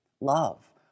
Love